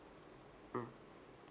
mm